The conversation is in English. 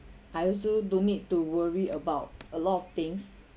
I also do need to worry about a lot of things